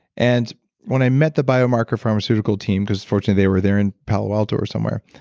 and when i met the biomarker pharmaceutical team because fortunately they were there in palo alto or somewhere,